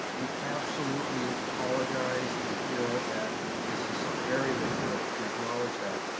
we absolutely apologize and feel that this is very late notice. we acknowledge that.